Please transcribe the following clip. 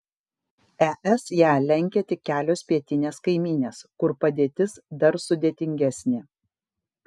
es ją lenkia tik kelios pietinės kaimynės kur padėtis dar sudėtingesnė